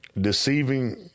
deceiving